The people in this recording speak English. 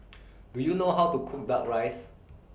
Do YOU know How to Cook Duck Rice